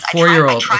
four-year-old